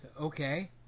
Okay